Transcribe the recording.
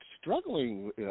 struggling